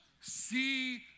see